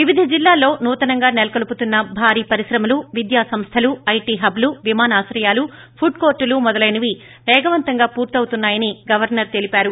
వివిధ జిల్లాల్లో నూతనంగా నెలకొల్పుతున్న భారీ పరిశ్రమలు విద్యాసంస్థలు ఐటి హబ్లు విమానాశ్రయాలు ఫుడ్ కోర్టులు మొదలైనవి పేగవంతంగా పూర్తవుతున్నాయని గవర్నర్ తెలిపారు